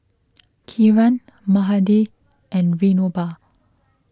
Kiran Mahade and Vinoba